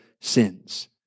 sins